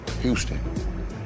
houston